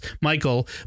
Michael